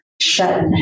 shut